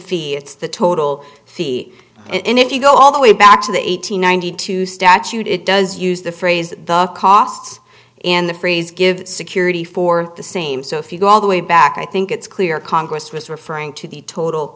feel it's the total fee and if you go all the way back to the eight hundred ninety two statute it does use the phrase the costs in the phrase give security for the same so if you go all the way back i think it's clear congress first referring to the total